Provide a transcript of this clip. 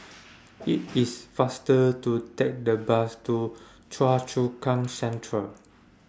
IT IS faster to Take The Bus to Choa Chu Kang Central